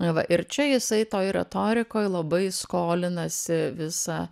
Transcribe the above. na va ir čia jisai toj retorikoj labai skolinasi visą